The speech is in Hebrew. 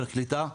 לפרקליטה.